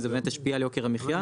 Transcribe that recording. אם זה באמת ישפיע על יוקר המחיה.